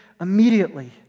immediately